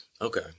Okay